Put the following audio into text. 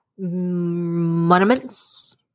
Monuments